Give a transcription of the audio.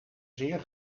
zeer